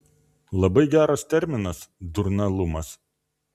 labai geras terminas durnalumas